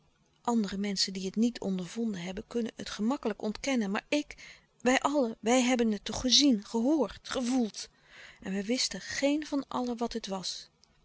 andere menschen die het niet ondervonden hebben kunnen het gemakkelijk ontkennen maar ik wij allen wij hebben het toch gezien gehoord gevoeld en wij wisten geen van allen wat het was